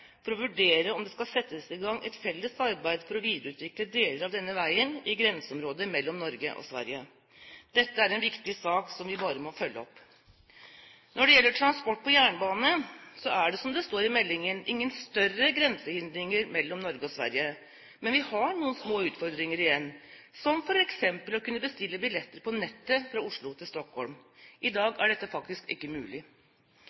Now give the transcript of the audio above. for å vurdere om det skal settes i gang et felles arbeid for å videreutvikle deler av denne veien i grenseområdet mellom Norge og Sverige. Dette er en viktig sak som vi bare må følge opp. Når det gjelder transport på jernbane, er det, som det står i meldingen, ingen større grensehindringer mellom Norge og Sverige. Men vi har noen små utfordringer igjen, som f.eks. å kunne bestille billetter på nettet fra Oslo til Stockholm. I